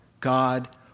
God